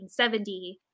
1970